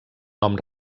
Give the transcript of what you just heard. nom